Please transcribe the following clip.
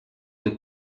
the